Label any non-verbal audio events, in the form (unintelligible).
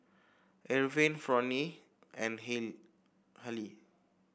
Irvine Fronnie and (unintelligible) Hali